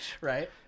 Right